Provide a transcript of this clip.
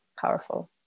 powerful